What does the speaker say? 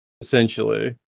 Essentially